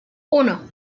uno